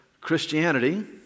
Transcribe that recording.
Christianity